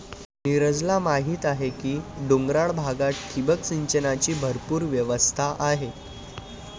नीरजला माहीत आहे की डोंगराळ भागात ठिबक सिंचनाची भरपूर व्यवस्था आहे